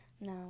No